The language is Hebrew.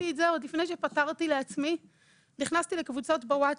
בשנייה שגיליתי את זה עוד לפני שפתרתי לעצמי נכנסתי לקבוצות בווטסאפ,